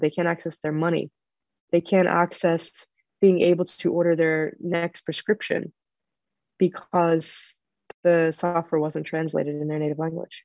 they can't access their money they can't access being able to order their next prescription because the software wasn't translated in their native language